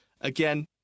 again